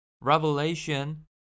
Revelation